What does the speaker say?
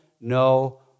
no